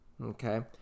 Okay